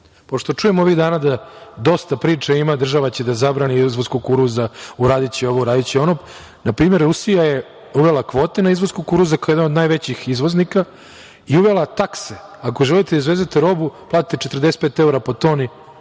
Pošto čujem ovih dana da dosta priče ima da će država da zabrani izvoz kukuruza, uradiće ovo, uradiće ono. Na primer, Rusija je uvela kvote na izvoz kukuruza kao jedna od najvećih izvoznika i uvela takse. Ako želite da izvezete robu, platite 45 evra po toni